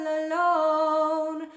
alone